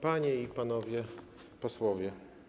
Panie i Panowie Posłowie!